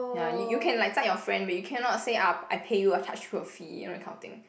ya you you can like 载 your friend but you cannot say ah I pay you I charge you a fee you know that kind of thing